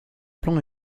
plan